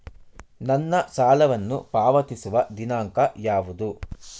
ನನ್ನ ಸಾಲವನ್ನು ಪಾವತಿಸುವ ದಿನಾಂಕ ಯಾವುದು?